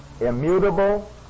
immutable